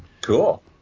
Cool